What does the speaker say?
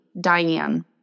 Diane